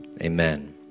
Amen